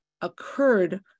occurred